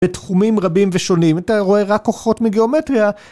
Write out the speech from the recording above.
בתחומים רבים ושונים, אתה רואה רק כוחות מגיאומטריה.